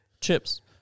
chips